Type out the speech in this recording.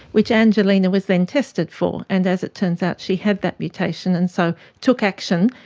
which angelina was then tested for, and as it turns out she had that mutation and so took action,